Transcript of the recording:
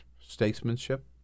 statesmanship